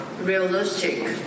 realistic